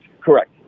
correct